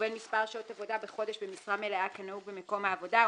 ובין מספר שעות עבודה בחודש במשרה מלאה כנהוג במקום העבודה,